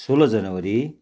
सोह्र जनवरी